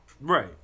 right